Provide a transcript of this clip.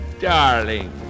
darling